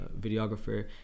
videographer